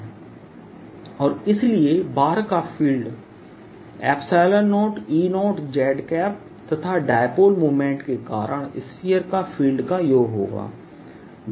Pe0Ee03K2E0z3eK20E0z और इसलिए बाहर का फील्ड 0E0z तथा डाइपोल मोमन्ट के कारण स्फीयर का फील्ड का योग होता है